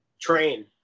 train